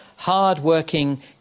hard-working